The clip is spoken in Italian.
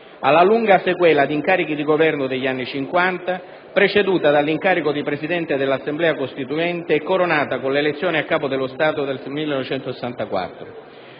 alla lunga sequela di incarichi di Governo degli anni Cinquanta, preceduta dall'incarico di Presidente dell'Assemblea costituente e coronata con l'elezione a Capo dello Stato del 1964;